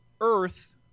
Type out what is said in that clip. earth